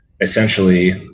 essentially